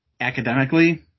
academically